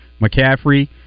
McCaffrey